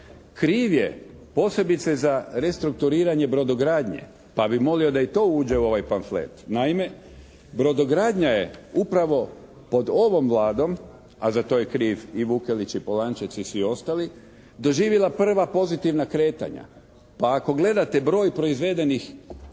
Kriv je posebice za restrukturiranje brodogradnje pa bi molio da i to uđe u ovaj pamflet. Naime, brodogradnja je upravo pod ovom Vladom, a za to je kriv i Vukelić i Polančec i svi ostali, doživila prva pozitivna kretanja. Pa ako gledate broj proizvedenih